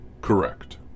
Correct